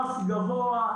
רף גבוה,